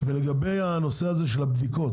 לעניין הנושא של הבדיקות